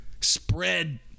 spread